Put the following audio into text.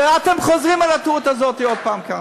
ואתם חוזרים על הטעות הזאת עוד פעם כאן.